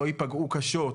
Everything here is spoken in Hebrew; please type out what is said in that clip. לא ייפגעו קשות,